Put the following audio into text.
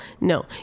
no